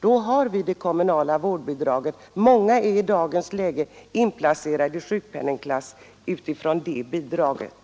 Då har vi det kommunala vårdnadsbidraget. Många är i dagens läge inplacerade i sjukpenningklass på grundval av det bidraget.